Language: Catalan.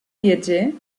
viatger